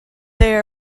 they